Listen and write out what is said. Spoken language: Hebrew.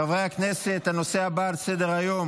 חברי הכנסת, הנושא הבא על סדר-היום,